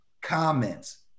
comments